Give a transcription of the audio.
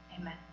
Amen